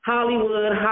Hollywood